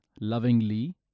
lovingly